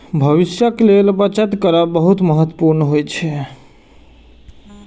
भविष्यक लेल बचत करब बहुत महत्वपूर्ण होइ छै